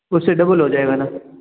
उससे डबल हो जाएगा न